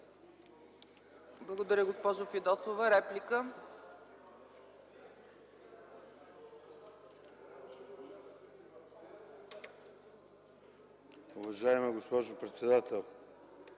Благодаря, госпожо Фидосова. Реплика.